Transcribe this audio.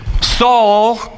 Saul